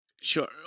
Sure